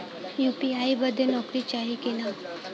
UPI बदे नौकरी चाही की ना?